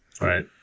Right